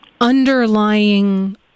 underlying